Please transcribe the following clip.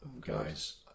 Guys